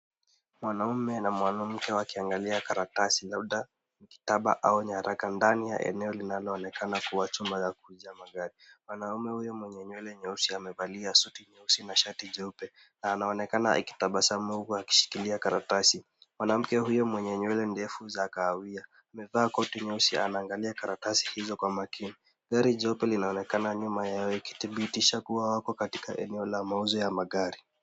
Mwanume na mwanamke wakiangalia karatasi labda, kitaba au nyaraka ndani ya eneo linaloonekana kuwa chumba cha kuja magari. Wanaume huyu mwenye nywele nyeusi amevalia suti nyeusi na shati jeupe, na anaonekana akitabasamu huku akishikilia karatasi. Mwanamke huyo mwenye nywele ndefu za kahawia amepewa koti nyeusi anaangalia karatasi hizo kwa makini. Gari jeupe linaonekana nyuma ya wewe kithibitisha kuwa wako katika eneo la mauzo ya magari.